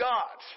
God